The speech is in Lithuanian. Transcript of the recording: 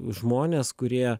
žmonės kurie